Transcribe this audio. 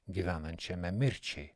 gyvenančiame mirčiai